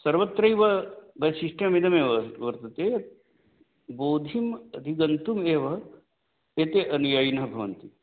सर्वत्रैव वैशिष्ट्यम् इदमेव वर् वर्तते बोधिं गन्तुम् एव एते अनुयायिनः भवन्ति